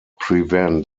prevent